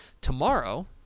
Tomorrow